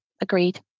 agreed